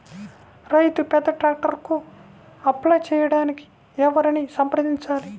రైతు పెద్ద ట్రాక్టర్కు అప్లై చేయడానికి ఎవరిని సంప్రదించాలి?